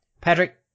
Patrick